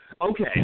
Okay